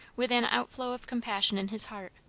with an outflow of compassion in his heart,